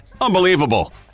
Unbelievable